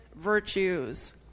virtues